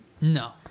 No